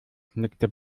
nickte